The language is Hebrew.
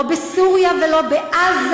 לא בסוריה ולא בעזה.